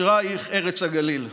אשרייך ארץ הגליל,